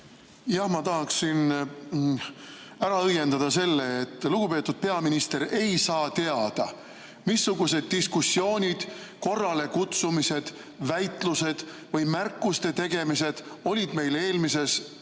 Ma tahaksin ära õiendada selle, et lugupeetud peaminister ei saa teada, missugused diskussioonid, korralekutsumised, väitlused või märkuste tegemised olid eelmises